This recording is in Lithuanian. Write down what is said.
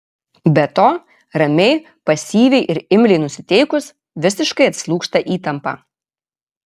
be to ramiai pasyviai ir imliai nusiteikus visiškai atslūgsta įtampa